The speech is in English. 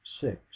six